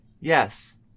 Yes